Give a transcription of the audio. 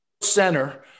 center